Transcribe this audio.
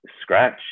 scratch